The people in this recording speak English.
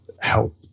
help